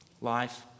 Life